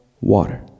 water